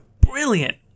brilliant